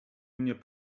mnie